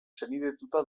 senidetuta